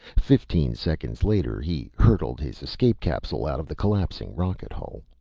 fifteen seconds later, he hurtled his escape capsule out of the collapsing rocket hull.